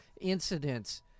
incidents